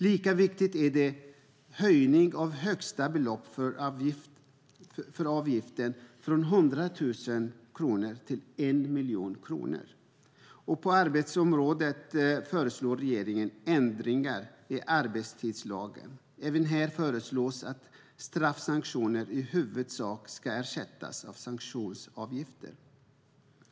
Lika viktig är höjningen av högsta beloppet för avgiften från 100 000 kronor till 1 miljon kronor, och på arbetstidsområdet föreslår regeringen ändringar i arbetstidslagen. Även här föreslås att straffsanktioner i huvudsak ska ersättas av sanktionsavgifter.